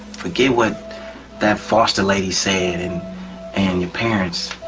forget what that foster lady said and and your parents.